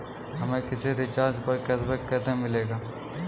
हमें किसी रिचार्ज पर कैशबैक कैसे मिलेगा?